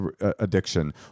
addiction